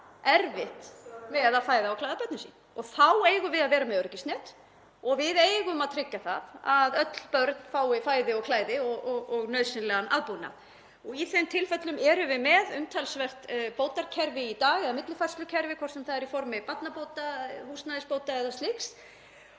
erfitt með að fæða og klæða börnin sín. Og þá eigum við að vera með öryggisnet og við eigum að tryggja það að öll börn fái fæði og klæði og nauðsynlegan aðbúnað. Í þeim tilfellum erum við með umtalsvert bótakerfi í dag eða millifærslukerfi, hvort sem það er í formi barnabóta, húsnæðisbóta eða slíks.